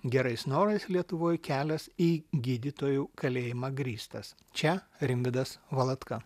gerais norais lietuvoj kelias į gydytojų kalėjimą grįstas čia rimvydas valatka